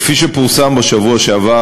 כפי שפורסם בשבוע שעבר,